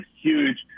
huge